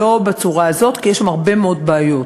לא בצורה הזאת, כי יש שם הרבה מאוד בעיות,